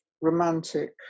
romantic